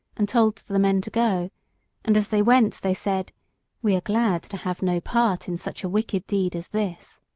and told the men to go and as they went they said we are glad to have no part in such a wicked deed as this.